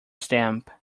stamp